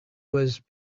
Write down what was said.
was